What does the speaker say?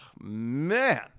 man